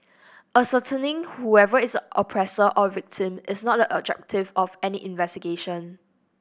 ascertaining whoever is the oppressor or victim is not the objective of any investigation